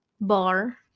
bar